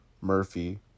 Murphy